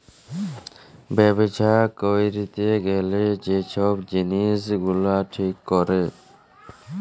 ব্যবছা ক্যইরতে গ্যালে যে ছব জিলিস গুলা ঠিক ক্যরে